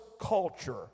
culture